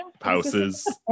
houses